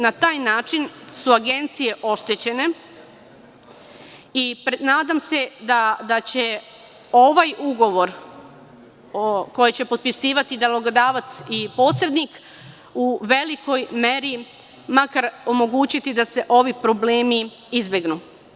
Na taj način su agencije oštećene i nadam se da će ovaj ugovor koji će potpisivati nalogodavac i posrednik, u velikoj meri makar omogućiti da se ovi problemi izbegnu.